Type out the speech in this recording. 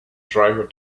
driver